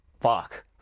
fuck